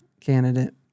candidate